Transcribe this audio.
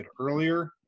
earlier